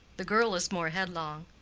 the girl is more headlong.